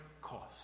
cost